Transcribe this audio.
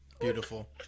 Beautiful